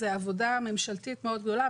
זו עבודה ממשלתית מאוד גדולה,